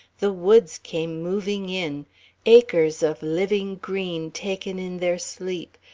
the woods came moving in acres of living green, taken in their sleep,